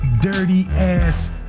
dirty-ass